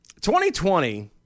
2020